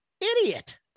idiot